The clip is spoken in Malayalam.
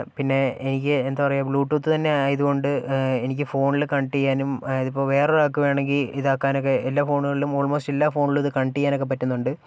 പിന്നെ എനിക്ക് എന്താ പറയുക ബ്ലൂടൂത്തു തന്നെ ആയതുകൊണ്ട് എനിക്ക് ഫോണില് കണക്ട് ചെയ്യാനും അതിപ്പോൾ വേറൊരാക്ക് വേണമെങ്കിൽ ഇതാക്കാനൊക്കെ എല്ലാ ഫോണുകളിലും ഓൾമോസ്റ്റ് എല്ലാ ഫോണിലും ഇത് കണക്ട് ചെയ്യാനൊക്കെ പറ്റുന്നുണ്ട്